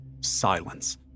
silence